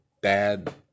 bad